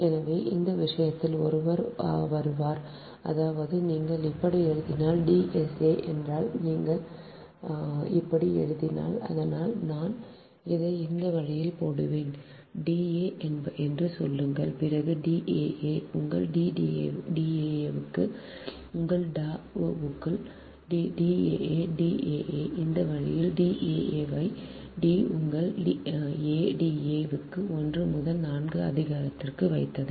எனவே அந்த விஷயத்தில் ஒருவர் வருவார் அதாவது நீங்கள் இப்படி எழுதினால் D sa என்றால் நீங்கள் இப்படி எழுதினால் அதனால் நான் இதை இந்த வழியில் போடுவேன் D என்று சொல்லுங்கள் பிறகு daa உங்கள் daaவுக்குள் உங்கள் daa வுக்குள் daa daa இந்த வழியில் daa வை d உங்கள் a da க்கு 1 முதல் 4 அதிகாரத்திற்கு வைத்தது